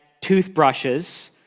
toothbrushes